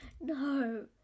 No